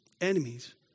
enemies